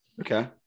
Okay